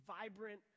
vibrant